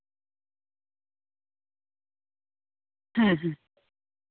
ᱦᱮᱸ ᱦᱮᱸ